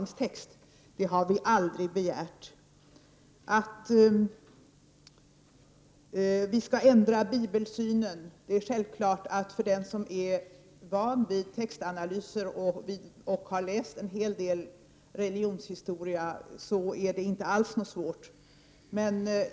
När det gäller att vi skulle ändra bibelsynen vill jag säga att det är självklart att för den som är van vid textanalyser och har läst en hel del religionshistoria är det inte alls svårt.